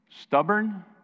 stubborn